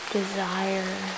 desire